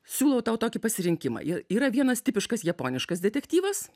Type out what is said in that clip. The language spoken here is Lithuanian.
siūlau tau tokį pasirinkimą yra vienas tipiškas japoniškas detektyvas